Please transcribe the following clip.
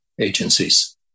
agencies